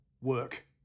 work